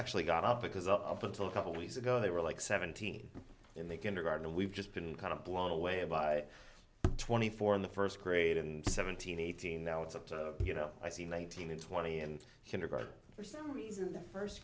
actually got up because up until a couple weeks ago they were like seventeen in the kindergarten and we've just been kind of blown away by twenty four in the first grade and seventeen eighteen now it's up to you know i see nineteen and twenty and kindergarten for some reason the first